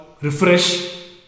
refresh